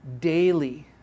daily